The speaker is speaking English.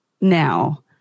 now